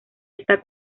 esta